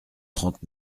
trente